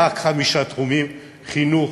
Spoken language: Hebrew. רק חמישה תחומים: חינוך,